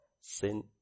sin